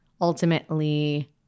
ultimately